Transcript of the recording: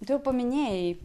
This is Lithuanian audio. tu jau paminėjai